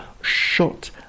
shot